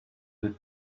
did